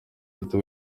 uhita